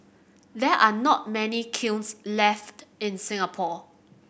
there are not many kilns left in Singapore